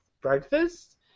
breakfast